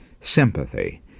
sympathy